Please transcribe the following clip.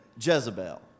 Jezebel